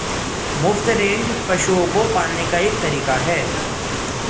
मुफ्त रेंज पशुओं को पालने का एक तरीका है